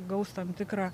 gaus tam tikrą